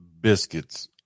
biscuits